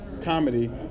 comedy